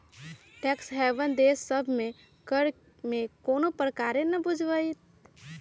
tax haven देश सभ में कर में कोनो प्रकारे न बुझाइत